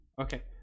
Okay